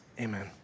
amen